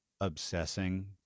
obsessing